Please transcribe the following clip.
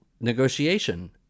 negotiation